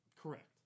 Correct